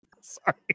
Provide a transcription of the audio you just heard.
Sorry